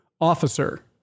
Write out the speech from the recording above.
Officer